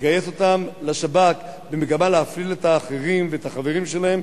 לגייס אותם לשב"כ במגמה להפעיל את האחרים ואת החברים שלהם,